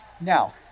now